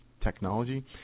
technology